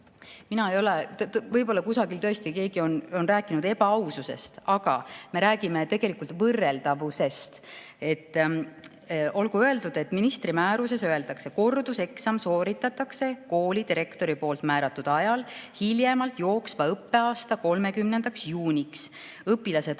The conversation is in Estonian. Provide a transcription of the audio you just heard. HTMile teada?" Võib-olla kusagil tõesti keegi on rääkinud ebaaususest, aga me räägime tegelikult võrreldavusest. Olgu öeldud, et ministri määruses öeldakse, et korduseksam sooritatakse kooli direktori poolt määratud ajal hiljemalt jooksva õppeaasta 30. juuniks ning õpilase